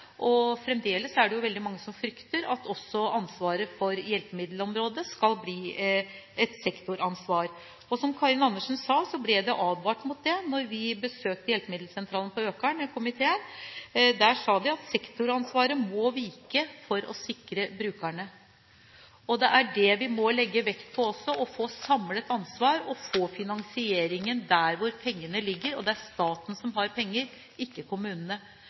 og fremdeles er det veldig mange som frykter at også ansvaret for hjelpemiddelområdet skal bli et sektoransvar. Som Karin Andersen sa, ble det advart mot det da vi i komiteen besøkte hjelpemiddelsentralen på Økern, hvor de sa at sektoransvaret må vike for å sikre brukerne. Det er det vi må legge vekt på: å få samlet ansvaret og få finansieringen der hvor pengene er. Det er staten som har penger, ikke kommunene.